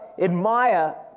admire